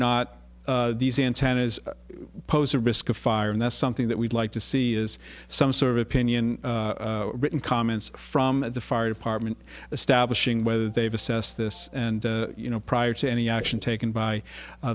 not these antennas pose a risk of fire and that's something that we'd like to see is some sort of opinion written comments from the fire department establishing whether they have assessed this and you know prior to any action taken by